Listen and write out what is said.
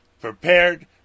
prepared